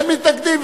אין מתנגדים,